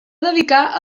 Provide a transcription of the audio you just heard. dedicar